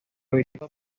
habitado